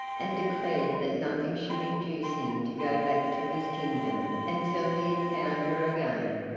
and declared that nothing should induce him to go back to his kingdom until he had found her again,